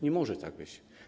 Nie może tak być.